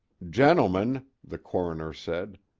gentlemen, the coroner said,